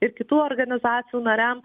ir kitų organizacijų nariam